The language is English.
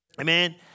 Amen